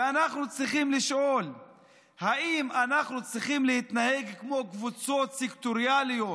ואנחנו צריכים לשאול אם אנחנו צריכים להתנהג כמו קבוצות סקטוריאליות,